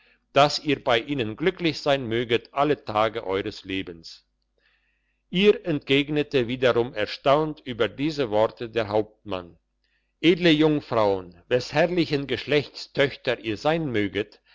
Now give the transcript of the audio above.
dass ihr bei ihnen glücklich sein möget alle tage eures lebens ihr entgegnete hinwiederum erstaunt über diese worte der hauptmann edle jungfrauen wes herrlichen geschlechts töchter ihr sein möget